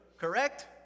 correct